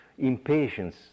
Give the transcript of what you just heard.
impatience